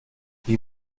wie